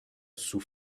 sous